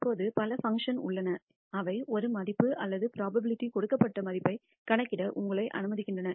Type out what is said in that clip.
இப்போது பல பங்க்ஷன்கள் உள்ளன அவை ஒரு மதிப்பு அல்லது புரோபாபிலிடி கொடுக்கப்பட்ட மதிப்பைக் கணக்கிட உங்களை அனுமதிக்கின்றன